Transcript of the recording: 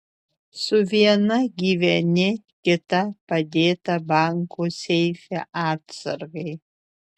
su viena gyveni kita padėta banko seife atsargai